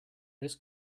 this